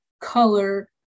color